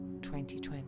2020